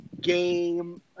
game